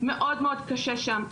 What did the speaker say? מאוד מאוד קשה שם.